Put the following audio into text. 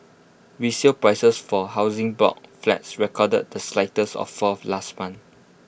resale prices for Housing Board flats recorded the slightest of falls last month